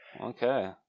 Okay